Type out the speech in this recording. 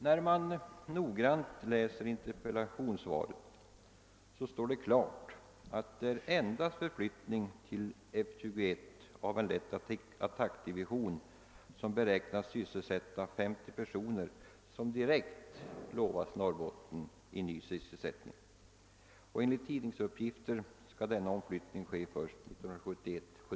När man noggrant tagit del av inter pellationssvaret står det klart att det endast är förflyttning till F 21 av en lätt attackdivision, vilken beräknas sysselsätta 50 personer, som direkt lovas Norrbotten i ny sysselsättning. Enligt tidningsuppgifter kommer denna omflyttning att ske först 1971/72.